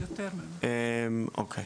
אוקיי.